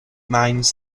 minds